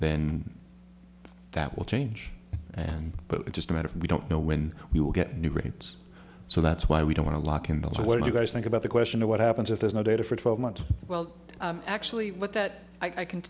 then that will change and but it's just a matter of we don't know when we will get new rates so that's why we don't want to lock in the what do you guys think about the question of what happens if there's no data for twelve months well actually what that i can